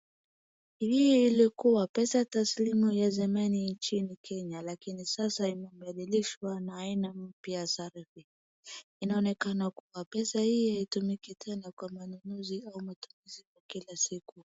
Hii ilikuwa pesa taslimu ya zamani nchini Kenya lakini sasa imebadilishwa na aina mpya za rubi. Inaonekana kuwa pesa hii haitumiki tena kwa manunuzi au matumizi ya kila siku.